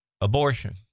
abortion